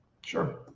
sure